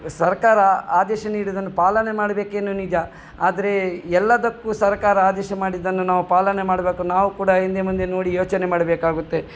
ಸರ್ಕಾರ ಆದೇಶ ನೀಡಿದ್ದನ್ನು ಪಾಲನೆ ಮಾಡಬೇಕೇನು ನಿಜ ಆದರೆ ಎಲ್ಲದಕ್ಕು ಸರ್ಕಾರ ಆದೇಶ ಮಾಡಿದ್ದನ್ನು ನಾವು ಪಾಲನೆ ಮಾಡಬೇಕು ನಾವು ಕೂಡ ಹಿಂದೆ ಮುಂದೆ ನೋಡಿ ಯೋಚನೆ ಮಾಡಬೇಕಾಗುತ್ತೆ